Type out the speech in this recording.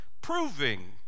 proving